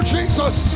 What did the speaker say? Jesus